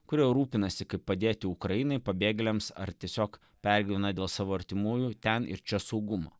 kurie rūpinasi kaip padėti ukrainai pabėgėliams ar tiesiog pergyvena dėl savo artimųjų ten ir čia saugumo